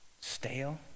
stale